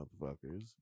motherfuckers